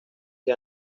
que